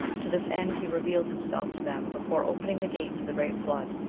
to this end he revealed himself to them before opening the gates of the great flood,